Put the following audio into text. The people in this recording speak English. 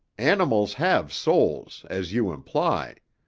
animals have souls, as you imply.